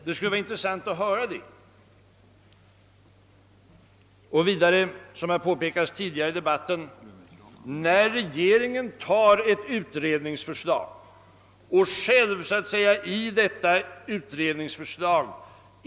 Det skulle vara intressant att få svar på den frågan. Regeringen har, som det påpekats tidigare i debatten, infört ett tidsschema för övergången 'som inte fanns i utredningsförslaget.